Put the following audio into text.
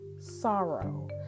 sorrow